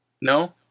No